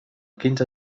quinze